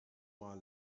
mal